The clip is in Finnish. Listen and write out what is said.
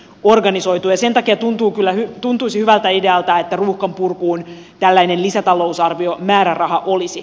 sen takia tuntuisi hyvältä idealta että ruuhkan purkuun tällainen lisätalousarviomääräraha olisi